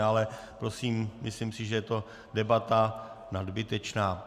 Ale prosím, myslím si, že je to debata nadbytečná.